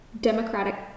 Democratic